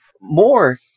more